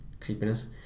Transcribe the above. creepiness